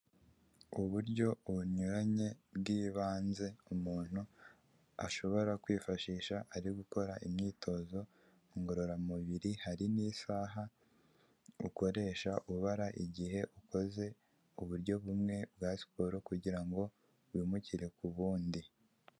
Uburyo bunyuranye bw'ibanze umuntu ashobora kwifashisha ari gukora imyitozo ngororamubiri, hari n'isaha ukoresha ubara igihe ukoze ku buryo bumwe bwa siporo, kugira ngo wimukire ku bundi.